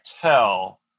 tell